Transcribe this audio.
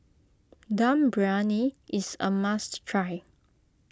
Dum Briyani is a must try